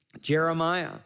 Jeremiah